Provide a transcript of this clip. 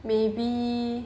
maybe